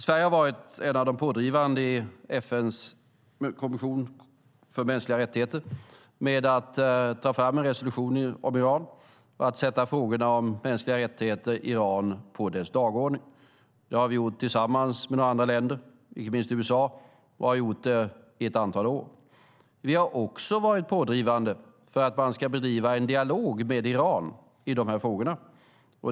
Sverige har varit en av de pådrivande i FN:s kommission för mänskliga rättigheter med att ta fram en resolution om Iran och att sätta frågorna om mänskliga rättigheter i Iran på dess dagordning. Det har vi gjort tillsammans med några andra länder, inte minst USA, och vi har gjort det i ett antal år. Vi har också varit pådrivande för att man ska bedriva en dialog med Iran i dessa frågor.